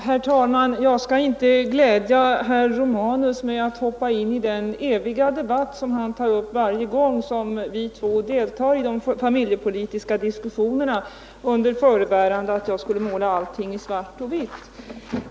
Herr talman! Jag skall inte glädja herr Romanus med att hoppa in i den eviga debatt som han tar upp varje gång vi deltar i de familjepolitiska diskussionerna, under förebärande att jag skulle måla allting i svart och vitt.